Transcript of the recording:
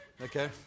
Okay